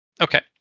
Okay